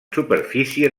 superfície